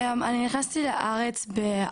אני נכנסתי לארץ ב-